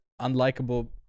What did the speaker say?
unlikable